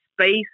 space